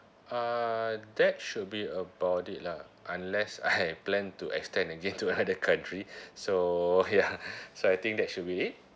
uh that should be about it lah unless I plan to extend again to another country so ya so I think that should be it